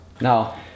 Now